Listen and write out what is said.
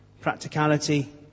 practicality